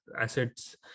assets